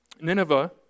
Nineveh